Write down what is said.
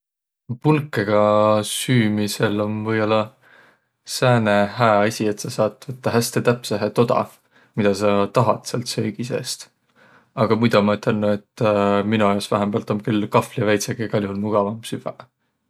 Pulkõga süümisel om või-ollaq sääne hää asi, et saq saat võttaq häste täpsehe toda, midä saq tahat säält söögi seest. Aga muido maq ütelnüq, et mino jaos vähämbält om küll kahvli ja väidsega egäl johol mugavamb süvväq.